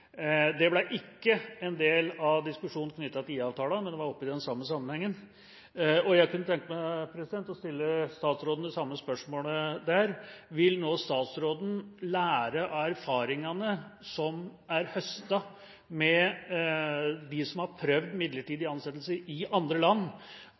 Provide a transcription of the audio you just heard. Det ble ikke en del av diskusjonen knyttet til IA-avtalen, men var oppe i den sammenheng. Jeg kunne tenke meg å stille statsråden det samme spørsmålet her: Vil statsråden lære av erfaringene som er høstet av dem i andre land som har prøvd midlertidig